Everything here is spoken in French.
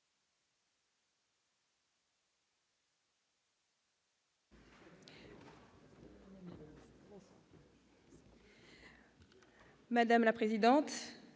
Madame la présidente,